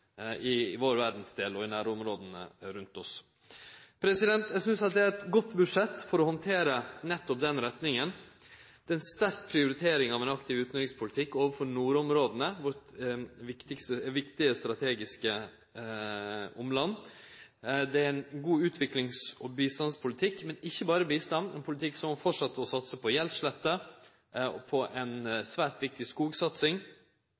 i vår verdsdel og i nærområda rundt oss. Eg synest dette er eit godt budsjett for å handtere nettopp den retninga. Det er ei sterk prioritering av ein aktiv utanrikspolitikk for nordområda – vårt viktige strategiske omland. Det er ein god utviklings- og bistandspolitikk – men ikkje berre bistand – det er ein politikk som må fortsetje å satse på gjeldslette og ei svært viktig skogsatsing.